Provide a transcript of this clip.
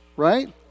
Right